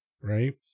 right